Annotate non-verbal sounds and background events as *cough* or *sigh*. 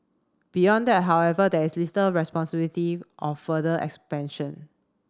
beyond that however there is *unintelligible* responsibility of further expansion